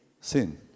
Sin